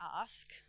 ask